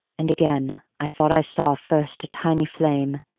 and, again, i thought i saw first a tiny flame,